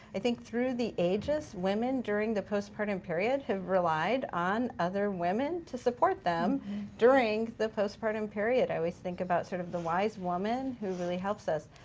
i think through the ages, women during the postpartum period have relied on other women to support them during the postpartum period. i always think about sort of the wise woman who really helps us.